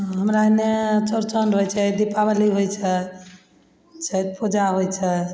हमरा एन्ने चौरचन होइ छै दीपावली होइ छै छठि पूजा होइ छै